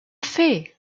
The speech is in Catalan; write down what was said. fer